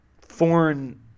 foreign